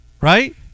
right